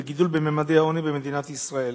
והגידול בממדי העוני במדינת ישראל.